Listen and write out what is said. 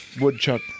woodchuck